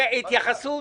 התייחסות.